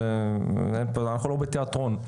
אנחנו לא בתיאטרון.